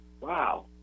Wow